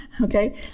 Okay